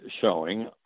showing